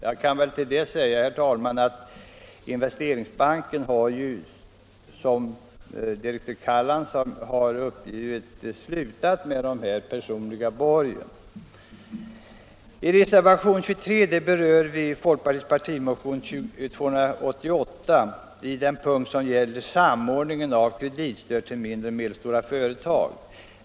Jag kan väl tillägga, herr talman, att direktör Callans har uppgivit att Investeringsbanken slopat personlig borgen. Reservationen 23 berör folkpartiets partimotion 288 i den punkt som gäller samordningen av kreditstöd till mindre och medelstora företag.